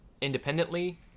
independently